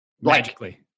magically